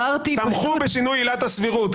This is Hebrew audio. תמכו בשינוי עילת הסבירות.